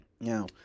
Now